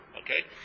okay